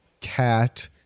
Cat